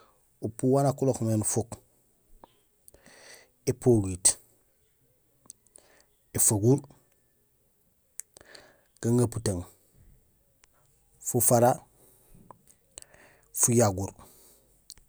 Upu wanja urok mé nufuk: épogiit, éfaguur, gaŋeputung, fufara, fuyaguur.